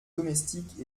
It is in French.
domestiques